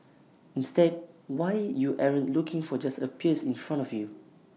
instead why you aren't looking for just appears in front of you